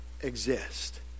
exist